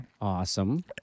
Awesome